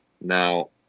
Now